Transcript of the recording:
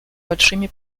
большими